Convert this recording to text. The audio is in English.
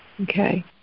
Okay